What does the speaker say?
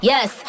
Yes